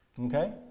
Okay